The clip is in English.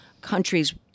countries